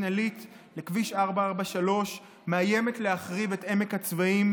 עילית לכביש 443 ומאיים להחריב את עמק הצבאים,